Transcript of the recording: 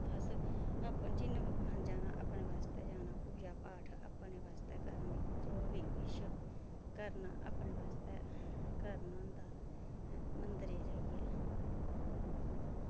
अस जिनै बी कुसै नै जाना अपने आस्तै जाना पूजा पाठ अपने आस्तै करनी जो बी कुछ करना अपनै आस्तै करना होंदा मन्दरे च जाइयै